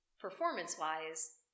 performance-wise